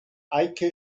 eike